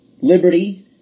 liberty